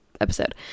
episode